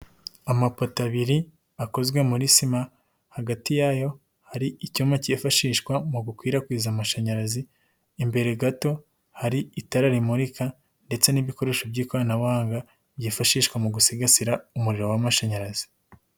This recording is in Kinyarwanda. Amapoto abiri akozwe muri sima, hagati yayo hari icyuma kifashishwa mu gukwirakwiza amashanyarazi, imbere gato hari itara rimurika ndetse n'ibikoresho by'ikoranabuhanga byiyifashishwa mu gusigasira umuriro w'amashanyarazi.